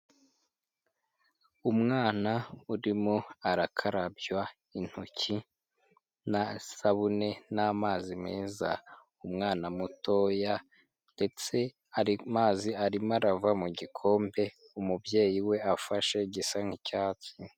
Umwana urimo arakarabywa intoki na sabune n'amazi meza, umwana mutoya ndetse amazi arimo arava mu gikombe umubyeyi we afashe gisa nk'icyatsi.